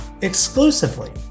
exclusively